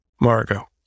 Margot